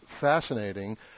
fascinating